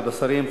כבוד השרים,